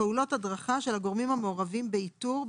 פעולות הדרכה של הגורמים המעורבים באיתור,